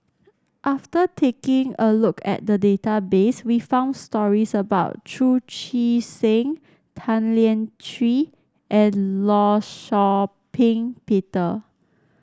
after taking a look at the database we found stories about Chu Chee Seng Tan Lian Chye and Law Shau Ping Peter